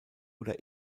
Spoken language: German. oder